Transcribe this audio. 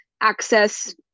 Access